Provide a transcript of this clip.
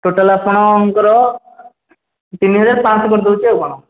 total ଆପଣଙ୍କର ତିନିହଜାର ପାଞ୍ଚଶହ କରିଦେଉଛି ଆଉ କ'ଣ